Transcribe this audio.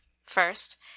first